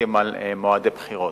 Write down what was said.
מחליטים על מועדי בחירות.